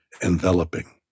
enveloping